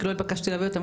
כי לא התבקשתי להביא אותם,